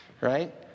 right